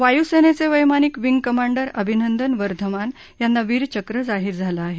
वायुसेनेचे वैमानिक wing commander Abhinandan Varthaman यांना वीरचक्र जाहीर झालं आहे